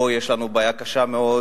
פה יש לנו בעיה קשה מאוד,